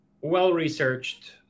well-researched